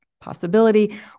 possibility